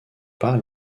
pas